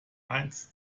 eins